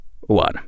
One